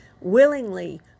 willingly